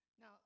now